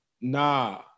nah